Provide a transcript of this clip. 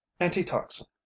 antitoxin